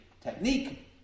technique